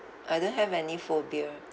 I don't have any phobia